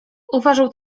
uważał